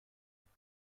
حدود